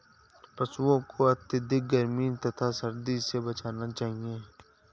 पशूओं को अत्यधिक गर्मी तथा सर्दी से बचाना चाहिए